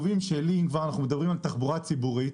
ואם כבר אנחנו מדברים על תחבורה ציבורית,